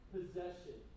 Possession